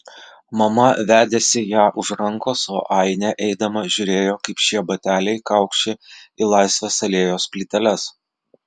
mama vedėsi ją už rankos o ainė eidama žiūrėjo kaip šie bateliai kaukši į laisvės alėjos plyteles